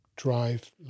drive